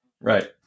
Right